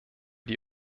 die